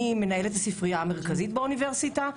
ואני מנהלת הספרייה המרכזית באוניברסיטה,